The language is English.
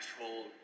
actual